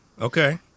okay